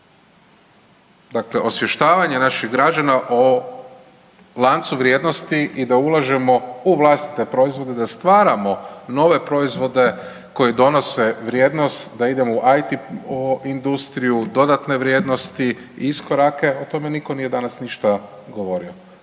Dakle, osvještavanje naših građana o lancu vrijednosti i da ulažemo u vlastite proizvode, da stvaramo nove proizvode koji donose vrijednost da idemo u IT industriju, dodatne vrijednosti i iskorake o tome nitko nije danas ništa govorio.